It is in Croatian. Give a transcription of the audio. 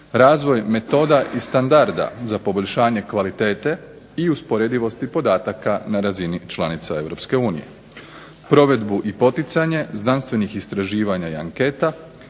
razvoj metoda i standarda za poboljšanje kvalitete i usporedivosti podataka na razini članica EU, provedbu i poticanje znanstvenih istraživanja i anketa,